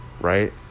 right